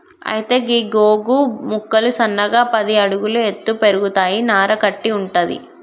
అయితే గీ గోగు మొక్కలు సన్నగా పది అడుగుల ఎత్తు పెరుగుతాయి నార కట్టి వుంటది